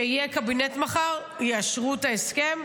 שיהיה קבינט מחר, יאשרו את ההסכם,